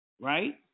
right